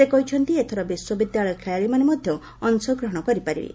ସେ କହିଛନ୍ତି ଏଥର ବିଶ୍ୱବିଦ୍ୟାଳୟ ଖେଳାଳୀମାନେ ମଧ୍ୟ ଅଶଗ୍ରହଣ କରିପାରିବେ